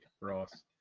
Ross